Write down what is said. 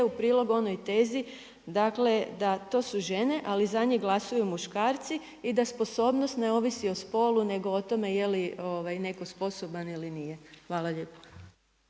u prilog onoj tezi, dakle da to su žene, ali za njih glasuju muškarci i da sposobnost ne ovisi o spolu, nego o tome je li netko sposoban ili nije. Hvala lijepo.